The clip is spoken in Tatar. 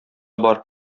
бар